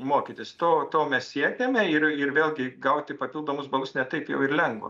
mokytis to to mes siekiame ir ir vėlgi gauti papildomus balus ne taip jau ir lengva